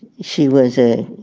she was a